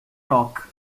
rock